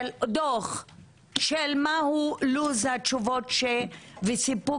דוח של מה הוא לו"ז התשובות וסיפוק